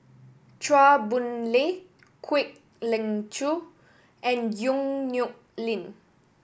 Chua Boon Lay Kwek Leng Joo and Yong Nyuk Lin